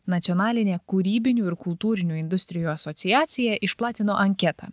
nacionalinė kūrybinių ir kultūrinių industrijų asociacija išplatino anketą